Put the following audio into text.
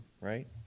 right